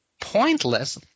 pointless